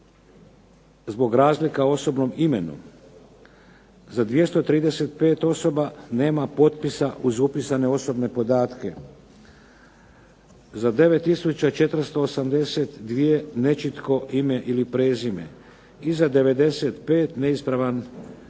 zbog razlika u osobnom imenu, za 235 osoba nema potpisa uz upisane osobne podatke, za 9482 nečitko ime ili prezime i za 95 neispravan OIB